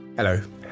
Hello